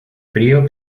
frío